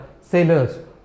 sailors